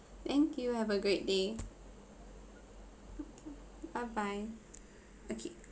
thank you have a great day bye bye okay